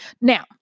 Now